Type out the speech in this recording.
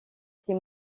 ces